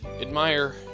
admire